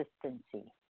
consistency